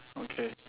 okay